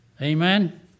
Amen